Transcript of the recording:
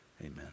amen